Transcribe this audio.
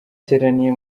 bateraniye